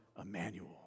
Emmanuel